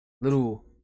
little